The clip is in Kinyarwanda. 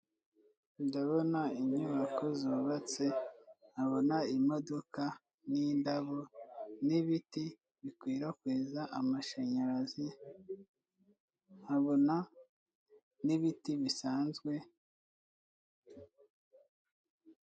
Ndabona inyubako zubatse nkabona imodoka nindabo n'ibiti bikwirakwiza amashanyarazi nkabona nibiti bisanzwe.